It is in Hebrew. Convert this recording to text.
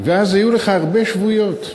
ואז היו לך הרבה שבויות.